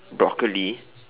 broccoli